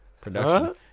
production